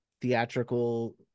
theatrical